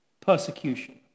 persecution